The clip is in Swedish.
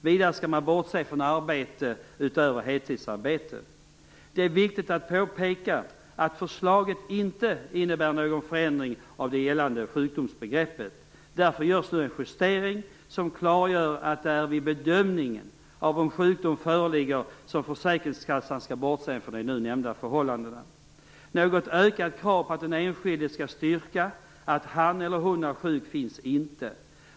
Vidare skall man bortse från arbete utöver heltidsarbete. Det är viktigt att påpeka att förslaget inte innebär någon förändring av det gällande sjukdomsbegreppet. Därför görs nu en justering, som klargör att det är vid bedömning av om sjukdom föreligger som försäkringskassan skall bortse från de nämnda förhållandena. Något ökat krav på att den enskilde skall styrka att han eller hon är sjuk finns inte.